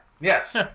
Yes